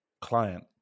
client